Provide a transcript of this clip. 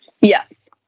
Yes